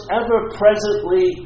ever-presently